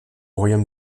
royaume